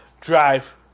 drive